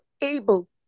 able